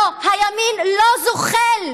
לא, הימין לא זוחל,